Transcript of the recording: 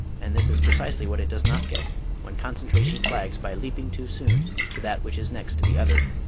and this is precisely what it does not get when concentration flags by leaping too soon to that which is next to be uttered.